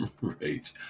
Right